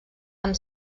amb